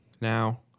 now